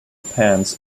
pants